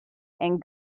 and